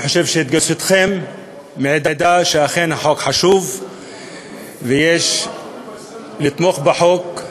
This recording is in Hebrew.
אני חושב שהתגייסותכם מעידה שאכן החוק חשוב ויש לתמוך בחוק.